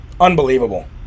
Unbelievable